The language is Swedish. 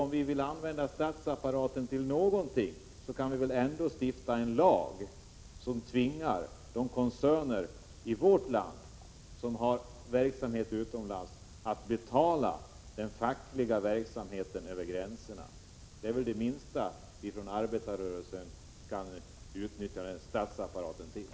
Om vi vill använda statsapparaten till någonting kan vi väl ändå stifta en lag som tvingar de koncerner i vårt land som har verksamhet utomlands att betala den fackliga verksamheten över gränserna. Det är väl det minsta vi från arbetarrörelsen kan utnyttja statsapparaten till.